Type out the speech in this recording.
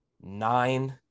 Nine